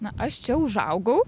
na aš čia užaugau